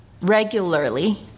regularly